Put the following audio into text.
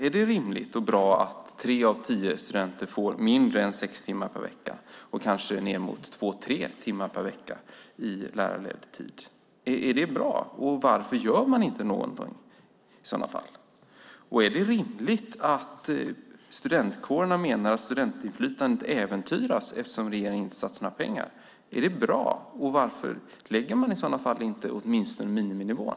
Är det rimligt och bra att tre av tio studenter får mindre än sex timmar lärarledd tid i veckan och kanske så lite som två tre timmar? Om det inte är bra, varför gör man inte något? Är det rimligt att, som studentkårerna menar, studentinflytandet äventyras eftersom regeringen inte satsar några pengar? Är det bra? Om inte, varför lägger man inte åtminstone miniminivån?